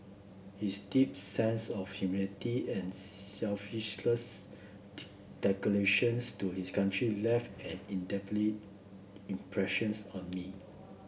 his deep sense of humility and to his country left an indelible impressions on me